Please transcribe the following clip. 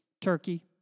Turkey